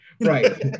Right